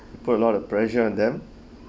you put a lot of pressure on them